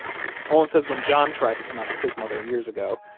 olin says when john tried to come out to his mother years ago,